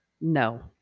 No